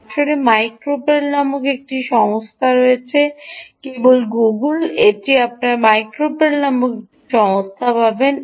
আসলে micro pelt নামে একটি সংস্থা রয়েছে কেবল গুগল এটি আপনি মাইক্রো পেল্ট নামে একটি সংস্থা পাবেন